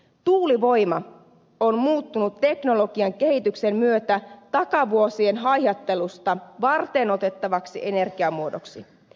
tuulivoima on muuttunut teknologian kehityksen myötä takavuosien haihattelusta varteenotettavaksi energiamuodoksi